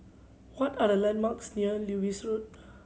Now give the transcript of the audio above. what are the landmarks near Lewis Road